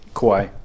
Kauai